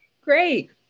Great